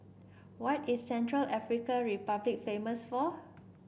what is Central African Republic famous for